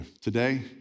today